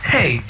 Hey